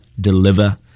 deliver